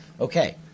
Okay